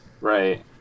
Right